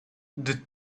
the